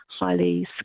highly